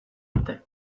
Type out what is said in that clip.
dute